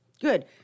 Good